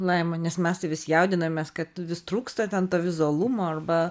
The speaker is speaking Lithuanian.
laima nes mes tai vis jaudinamės kad vis trūksta ten to vizualumo arba